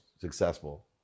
successful